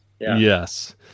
yes